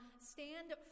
stand